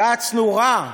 יעצנו רע,